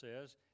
says